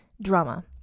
drama